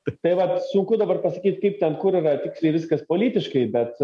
tai vat sunku dabar pasakyt kaip ten kur yra tiksliai viskas politiškai bet